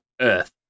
Earth